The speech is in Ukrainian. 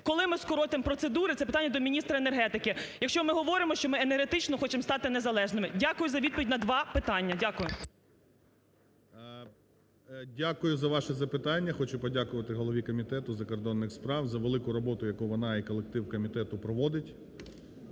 Коли ми скоротимо процедури, це питання до міністра енергетики, якщо ми говоримо, що ми енергетично хочемо стати незалежними? Дякую за відповідь на два питання. Дякую. 11:12:47 ГРОЙСМАН В.Б. Дякую за ваші запитання. Хочу подякувати голові Комітету закордонних справ за велику роботу, яку вона і колектив комітету проводить.